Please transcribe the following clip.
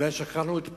אולי שכחנו את פורים.